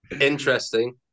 interesting